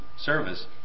service